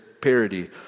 parody